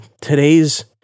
today's